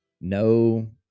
no